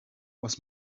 was